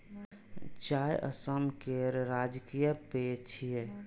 चाय असम केर राजकीय पेय छियै